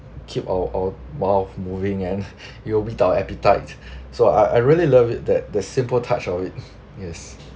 keep our our mouth moving and build up our appetite so I I really love it that the simple touch of it yes